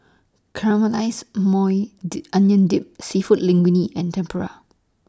Caramelized Maui Di Onion Dip Seafood Linguine and Tempura